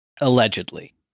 Allegedly